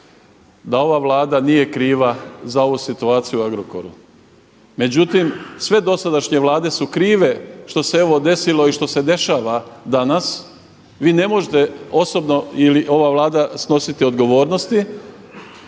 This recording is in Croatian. da ova Vlada nije kriva za ovu situaciju u Agrokoru. Međutim, sve dosadašnje Vlade su krive što se evo desilo i što se dešava danas. Vi ne možete osobno ili ova Vlada snositi odgovornosti,